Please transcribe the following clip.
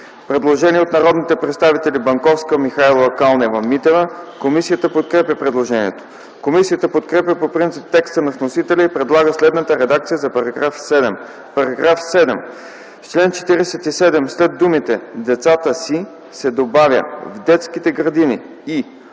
Предложение от народните представители Банковска, Михайлова, Калнева-Митева. Комисията подкрепя предложението. Комисията подкрепя по принцип текста на вносителя и предлага следната редакция за § 7: „§ 7. В чл. 47 след думите „децата си” се добавя „в детските градини и”, а след